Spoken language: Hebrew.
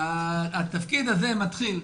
התפקיד הזה מתחיל,